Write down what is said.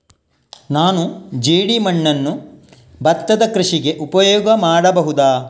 ನಾನು ಜೇಡಿಮಣ್ಣನ್ನು ಭತ್ತದ ಕೃಷಿಗೆ ಉಪಯೋಗ ಮಾಡಬಹುದಾ?